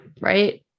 right